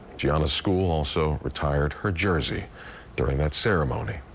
gianna's school also retired her jersey during that ceremony.